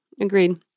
Agreed